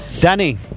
Danny